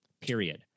Period